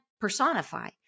personify